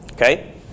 Okay